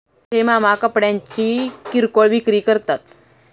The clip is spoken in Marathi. माझे मामा कपड्यांची किरकोळ विक्री करतात